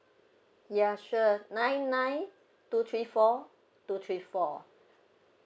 ya sure nine nine two three four two three four